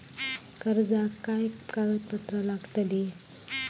कर्जाक काय कागदपत्र लागतली?